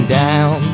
down